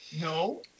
No